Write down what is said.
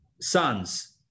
sons